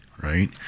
Right